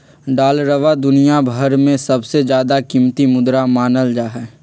डालरवा दुनिया भर में सबसे ज्यादा कीमती मुद्रा मानल जाहई